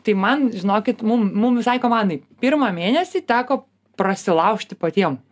tai man žinokit mum mum visai komandai pirmą mėnesį teko prasilaužti patiem